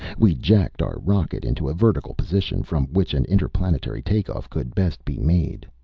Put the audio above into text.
we jacked our rocket into a vertical position, from which an interplanetary takeoff could best be made.